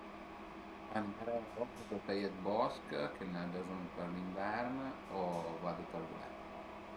Taié 'd bosch, che n'ai da bëzugn për l'invern o vadu për bulé